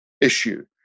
issue